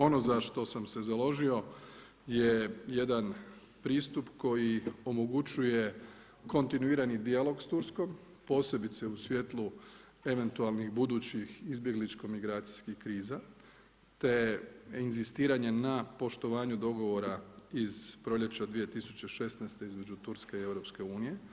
Ono za što sam se založio je jedan pristup koji omogućuje kontinuirani dijalog s Turskom, posebice u svjetlu eventualnih budućih izbjegličko migracijskih kriza te inzistiranje na poštovanju dogovora iz proljeća 2016. između Turske i EU.